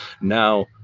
Now